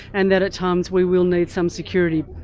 and that at times we will need some security.